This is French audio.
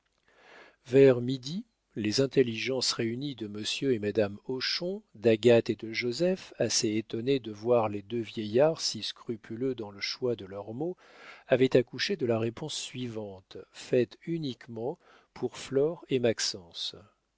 vers midi les intelligences réunies de monsieur et madame hochon d'agathe et de joseph assez étonnés de voir les deux vieillards si scrupuleux dans le choix de leurs mots avaient accouché de la réponse suivante faite uniquement pour flore et maxence